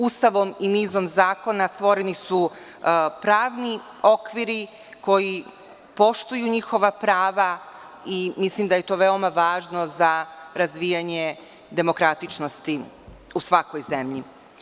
Ustavom i nizom zakona stvoreni su pravni okviri koji poštuju njihova prava i mislim da je to veoma važno za razvijanje demokratičnosti u svakoj zemlji.